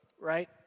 right